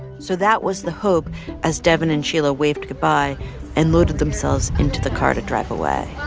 so that was the hope as devyn and sheila waved goodbye and loaded themselves into the car to drive away